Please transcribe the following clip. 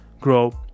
grow